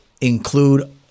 include